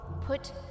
Put